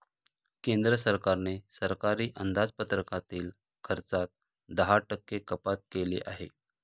केंद्र सरकारने सरकारी अंदाजपत्रकातील खर्चात दहा टक्के कपात केली आहे